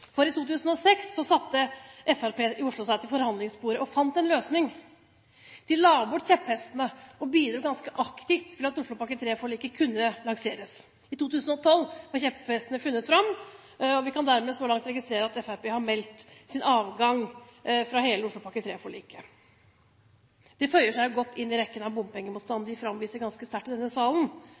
avskalling. I 2006 satte Fremskrittspartiet i Oslo seg til forhandlingsbordet og fant en løsning. De la bort kjepphestene og bidro ganske aktivt til at Oslopakke 3-forliket kunne lanseres. I 2012 var kjepphestene funnet fram, og vi kan dermed så langt registrere at Fremskrittspartiet har meldt sin avgang fra hele Oslopakke 3-forliket. Det føyer seg jo godt inn i rekken av bompengemotstanden de framviser ganske sterkt i denne salen.